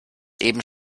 eben